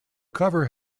cover